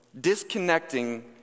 disconnecting